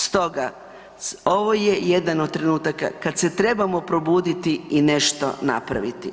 Stoga ovo je jedan od trenutaka kada se trebamo probuditi i nešto napraviti.